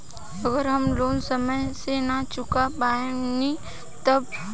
अगर हम लोन समय से ना चुका पैनी तब?